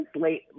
Late